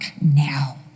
now